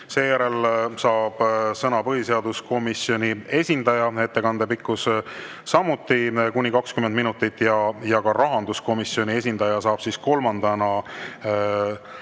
seejärel saab sõna põhiseaduskomisjoni esindaja, tema ettekande pikkus on samuti kuni 20 minutit, ja rahanduskomisjoni esindaja saab kolmandana